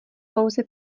pouze